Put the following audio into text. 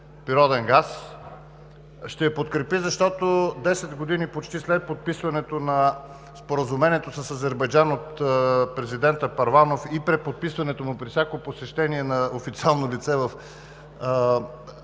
природен газ. Ще подкрепи, защото десет години почти след подписването на Споразумението с Азербайджан от президента Първанов и преподписването му при всяко посещение на официално лице в Азербайджан